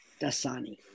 Dasani